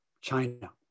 China